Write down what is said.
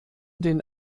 den